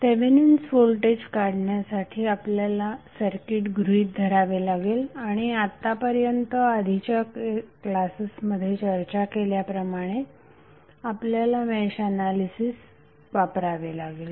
Thevenin's voltage काढण्यासाठी आपल्याला circuit गृहीत धरावे लागेल आणि आत्तापर्यंत आधीच्या क्लासेसमध्ये चर्चा केल्याप्रमाणे आपल्याला मेश एनालिसिस वापरावे लागेल